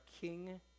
king